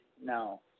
No